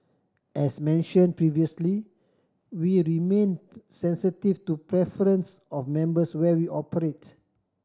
as mention previously we remain sensitive to preference of members where we operates